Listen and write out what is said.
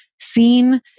Seen